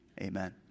Amen